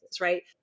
right